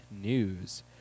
news